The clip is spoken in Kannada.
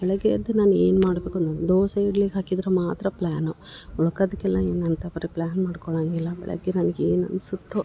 ಬೆಳಗ್ಗೆ ಎದ್ದು ನಾನು ಏನು ಮಾಡಬೇಕು ನಾನು ದೋಸೆ ಇಡ್ಲಿ ಹಾಕಿದ್ರ ಮಾತ್ರ ಪ್ಲ್ಯಾನು ಉಳ್ಕದಕೆಲ್ಲ ಏನು ಅಂತ ಬರಿ ಪ್ಲ್ಯಾನ್ ಮಾಡ್ಕೊಳಂಗೆ ಇಲ್ಲ ಬೆಳಗ್ಗೆ ನನ್ಗ ಏನು ಅನ್ಸುತ್ತೊ